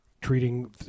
treating